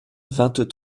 vingt